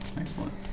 Excellent